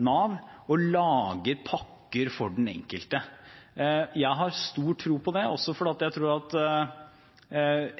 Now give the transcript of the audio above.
Nav og lager pakker for den enkelte. Jeg har stor tro på det, også fordi jeg tror at for